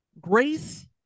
Grace